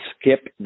skip